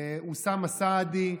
אוסאמה סעדי,